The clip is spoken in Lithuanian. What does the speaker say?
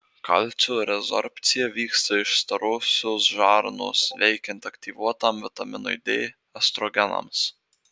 kalcio rezorbcija vyksta iš storosios žarnos veikiant aktyvuotam vitaminui d estrogenams